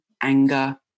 anger